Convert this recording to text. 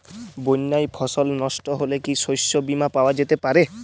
বন্যায় ফসল নস্ট হলে কি শস্য বীমা পাওয়া যেতে পারে?